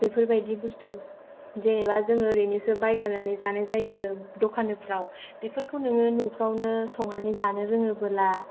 बेफोरबादि बस्थु जेनेबा जोङो ओरैनोसो बायगारनानै जानाय जायो दखानफ्राव बेफोरखौ नोङो न'फ्रावनो संनानै जानो रोङोबोला